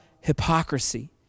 hypocrisy